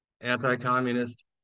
anti-communist